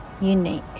unique